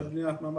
אולי בניית ממ"ד,